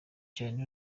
cyane